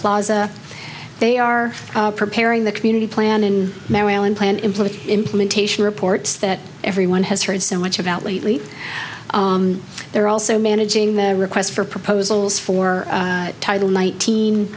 plaza they are preparing the community plan in maryland plan employee implementation reports that everyone has heard so much about lately they're also managing their requests for proposals for title nineteen